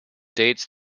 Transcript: dates